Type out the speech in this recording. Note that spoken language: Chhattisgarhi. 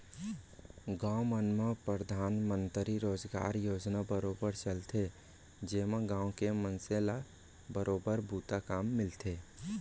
गाँव मन म परधानमंतरी रोजगार योजना बरोबर चलथे जेमा गाँव के मनसे ल बरोबर बूता काम मिलथे